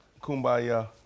kumbaya